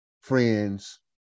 friends